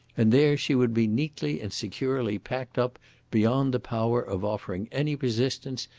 and there she would be neatly and securely packed up beyond the power of offering any resistance,